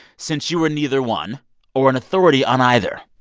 since you were neither one or an authority on either.